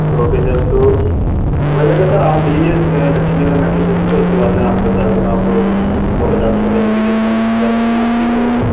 okay sir تو ہو جائے گا سر آپ ملیے لکشمی نگر میٹرو اسٹیشن پہ اس کے بعد میں آپ کو بتا دوں گا آپ کو سو پچاس روپئے کا جو بھی ڈسکاؤنٹ ہو سکتا ہے میں آپ کے لیے کروں گا